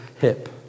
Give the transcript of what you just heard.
hip